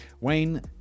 Wayne